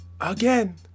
again